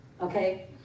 Okay